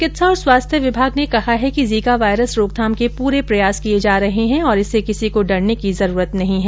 चिकित्सा और स्वास्थ्य विभाग ने कहा है कि जीका वायरस रोकथाम के पूरे प्रयास किए जा रहे हैं और इससे किसी को डरने की जरूरत नहीं है